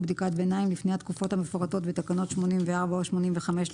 בדיקת בינים לפני התקופות המפורטות בתקנות 84 או 85,